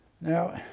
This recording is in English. Now